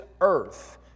earth